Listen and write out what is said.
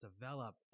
develop